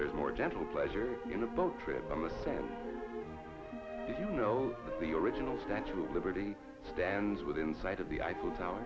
there's more gentle pleasure in the boat trip you know the original statue of liberty stands within sight of the eiffel tower